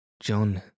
John